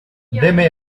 deme